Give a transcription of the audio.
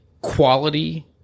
quality